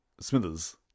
Smithers